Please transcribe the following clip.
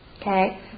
okay